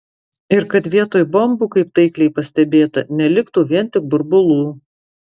ir kad vietoj bombų kaip taikliai pastebėta neliktų vien tik burbulų